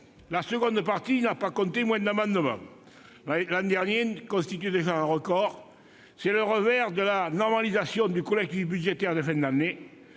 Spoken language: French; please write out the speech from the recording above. La seconde partie n'a pas compté moins d'amendements ! L'année dernière constituait déjà un record. C'est le revers de la normalisation du collectif budgétaire de fin d'année